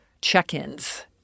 check-ins